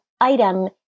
item